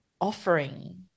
offering